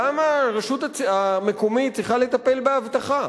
למה הרשות המקומית צריכה לטפל באבטחה?